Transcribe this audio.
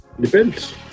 Depends